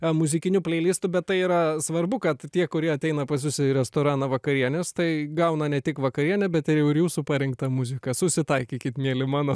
a muzikiniu pleilistu bet tai yra svarbu kad tie kurie ateina pas jus į restoraną vakarienės tai gauna ne tik vakarienę bet ir jau jūsų parinktą muziką susitaikykit mieli mano